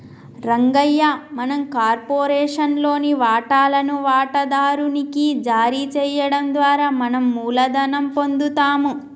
రంగయ్య మనం కార్పొరేషన్ లోని వాటాలను వాటాదారు నికి జారీ చేయడం ద్వారా మనం మూలధనం పొందుతాము